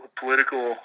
political